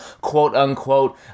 quote-unquote